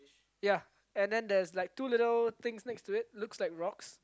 ya and there's like two little things next to it looks like rocks